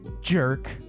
jerk